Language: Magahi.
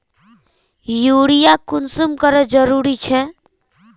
यूरिया कुंसम करे जरूरी छै?